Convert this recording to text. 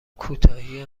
کوتاهی